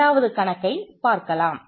இரண்டாவது கணக்கை பார்க்கலாம்